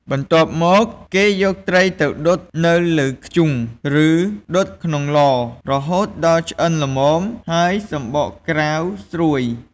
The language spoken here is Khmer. បន្ទាប់មក គេយកត្រីទៅដុតនៅលើធ្យូង ឬដុតក្នុងឡ រហូតដល់ឆ្អិនល្មម និងសំបកក្រៅស្រួយ។